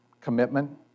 commitment